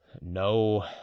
no